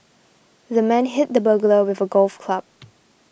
the man hit the burglar with a golf club